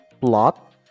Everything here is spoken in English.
plot